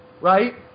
right